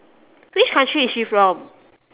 which country is she from